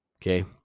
Okay